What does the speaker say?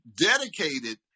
dedicated